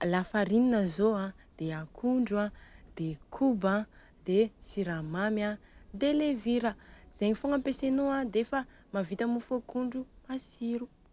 Lafarinina zô an, akondro an, koba an, dia siramamy an dia levira, zegny fogna ampiasainô defa mavita mofo akondro matsiro.